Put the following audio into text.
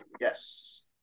Yes